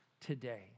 today